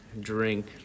drink